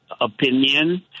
opinion